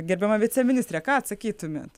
gerbiama viceministre ką atsakytumėt